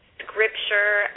scripture